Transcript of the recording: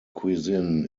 cuisine